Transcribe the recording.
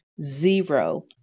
zero